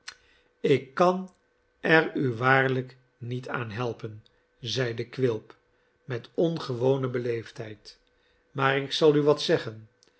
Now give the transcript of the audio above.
ik kan er u waarlijk niet aan helpen zeide quilp met ongewone beleefdheid maar ik zal u wat zeggen